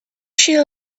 she